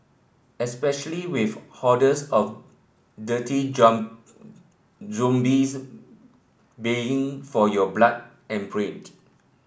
especially with hordes of dirty zombies baying for your blood and brained